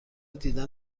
دیدن